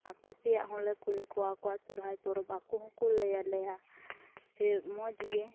ᱟᱠᱚ ᱥᱮᱭᱟᱜ ᱦᱚᱞᱮ ᱠᱩᱞᱤ ᱠᱚᱣᱟ ᱟᱠᱚ ᱥᱚᱨᱦᱟᱭ ᱯᱚᱨᱚᱵᱽ ᱟᱠᱚ ᱦᱚᱸ ᱠᱚ ᱞᱟᱹᱭ ᱟᱞᱮᱭᱟ ᱯᱷᱤᱨ ᱢᱚᱡᱽ ᱜᱮ